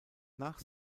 nach